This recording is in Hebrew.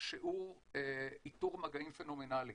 שיעור איתור מגעים פנומנלי.